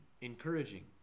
encouraging